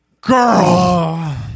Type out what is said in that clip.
Girl